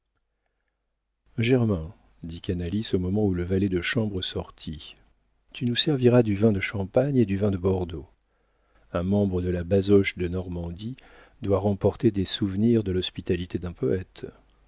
germain dit canalis au moment où le valet de chambre sortit tu nous serviras du vin de champagne et du vin de bordeaux un membre de la basoche de normandie doit remporter des souvenirs de l'hospitalité d'un poëte